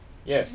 yes